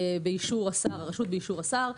באישור השר,